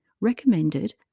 recommended